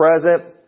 present